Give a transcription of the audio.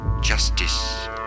justice